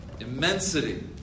Immensity